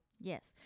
yes